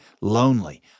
lonely